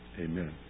Amen